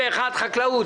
חקלאות.